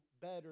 better